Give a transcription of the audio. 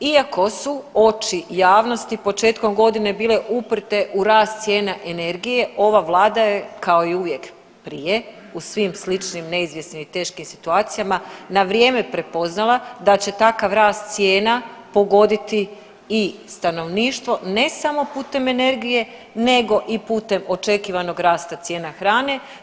Iako su oči javnosti početkom godine bile uprte u rast cijene energije ova vlada je kao i uvijek prije u svim sličnim, neizvjesnim i teškim situacijama na vrijeme prepoznala da će takav rast cijena pogoditi i stanovništvo, ne samo putem energije nego i putem očekivanog rasta cijena hrane.